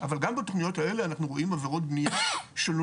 אבל גם בתוכניות האלה אנחנו רואים עבירות בנייה שנוצרות.